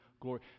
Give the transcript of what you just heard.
glory